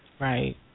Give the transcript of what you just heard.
Right